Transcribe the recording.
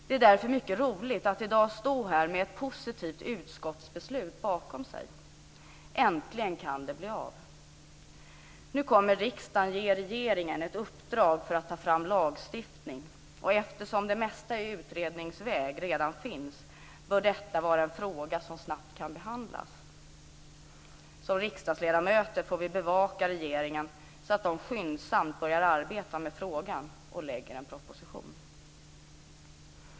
Det är därför mycket roligt att i dag stå här med ett positivt utskottsbeslut bakom sig - äntligen kan det bli av. Nu kommer riksdagen att ge regeringen ett uppdrag att ta fram lagstiftning. Eftersom det mesta i utredningsväg redan finns bör detta vara en fråga som kan behandlas snabbt. Som riksdagsledamöter får vi bevaka regeringen så att den skyndsamt börjar arbeta med frågan och lägger fram en proposition.